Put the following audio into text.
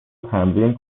تمرین